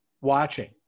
watching